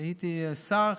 הייתי אז שר.